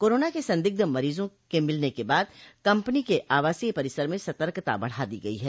corona के संदिग्ध मरीजों के मिलने के बाद कम्पनी के आवासीय परिसर में सतर्कता बढ़ा दी गयी है